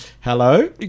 Hello